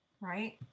right